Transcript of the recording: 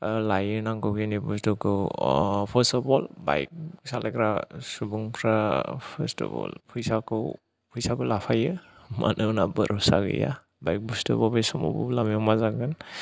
लायो नांगौखिनि बस्तुखौ फार्स्ट अफ अल बाइक सालायग्रा सुबुंफ्रा फार्स्ट अफ अल फैसाखौ फैसाबो लाफायो मानोना भरोसा गैया बाइक बस्तुआ बबे समाव बबे लामायाव मा जागोन आरो